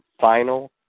final